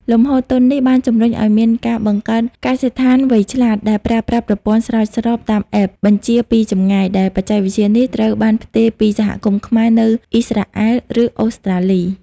លំហូរទុននេះបានជំរុញឱ្យមានការបង្កើត "កសិដ្ឋានវៃឆ្លាត"ដែលប្រើប្រាស់ប្រព័ន្ធស្រោចស្រពតាម App បញ្ជាពីចម្ងាយ ដែលបច្ចេកវិទ្យានេះត្រូវបានផ្ទេរមកពីសហគមន៍ខ្មែរនៅ អ៊ីស្រាអែល ឬអូស្ត្រាលី។